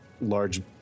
large